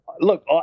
look